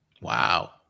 Wow